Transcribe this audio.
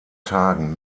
tagen